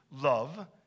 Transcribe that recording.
love